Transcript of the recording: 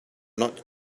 not